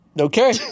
Okay